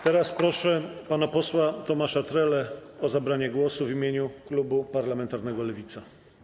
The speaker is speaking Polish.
Teraz proszę pana posła Tomasza Trelę o zabranie głosu w imieniu klubu parlamentarnego Lewica.